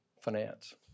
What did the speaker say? finance